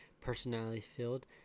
personality-filled